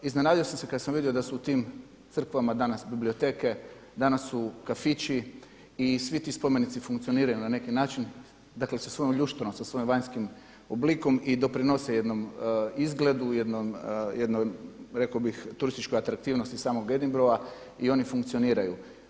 Iznenadio sam se kada sam vidio da su u tim crkvama danas biblioteke, danas su kafići i svi ti spomenici funkcioniraju na neki način, dakle sa svojom ljušturom, sa svojim vanjskim oblikom i doprinose jednom izgledu, jednom rekao bih turističkoj atraktivnosti samog Edinburgha i oni funkcioniraju.